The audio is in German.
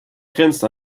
grenzt